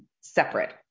separate